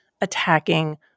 attacking